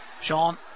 Sean